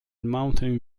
mountain